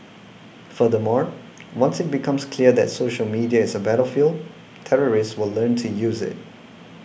furthermore once it becomes clear that social media is a battlefield terrorists will learn to use it